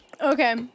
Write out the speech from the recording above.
Okay